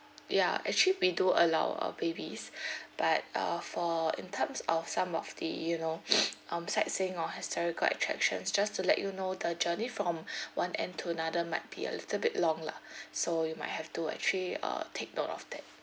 ya actually we do allow um babies but uh for in terms of some of the you know um sightseeing or historical attractions just to let you know the journey from one end to another might be a little bit long lah so you might have to actually uh take note of that